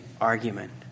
argument